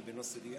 רק רוצה להגיד: